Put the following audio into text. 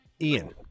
Ian